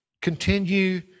continue